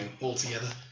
altogether